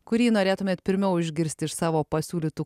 kurį norėtumėt pirmiau išgirsti iš savo pasiūlytų